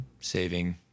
saving